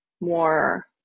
more